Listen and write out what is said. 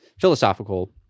philosophical